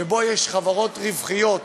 שבו יש חברות רווחיות,